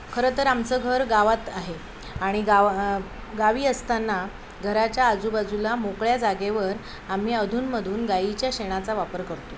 खरं तर आमचं घर गावात आहे आणि गावा गावी असतना घराच्या आजूबाजूला मोकळ्या जागेवर आम्ही अधूनमधून गाईच्या शेणाचा वापर करतो